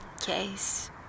case